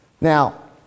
Now